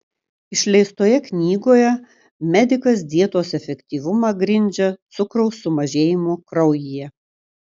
išleistoje knygoje medikas dietos efektyvumą grindžia cukraus sumažėjimu kraujyje